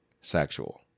sexual